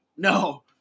No